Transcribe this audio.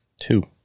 Two